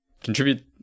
Contribute